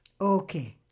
Okay